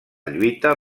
lluita